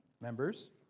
Members